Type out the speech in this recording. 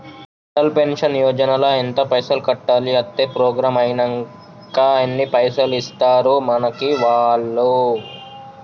Atal pension Yojana ల ఎంత పైసల్ కట్టాలి? అత్తే ప్రోగ్రాం ఐనాక ఎన్ని పైసల్ ఇస్తరు మనకి వాళ్లు?